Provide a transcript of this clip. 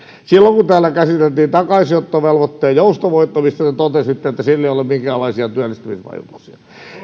silloin kun täällä käsiteltiin takaisinottovelvoitteen joustavoittamista te totesitte että sillä ei ole minkäänlaisia työllistämisvaikutuksia